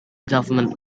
government